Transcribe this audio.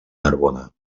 narbona